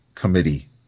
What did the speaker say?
Committee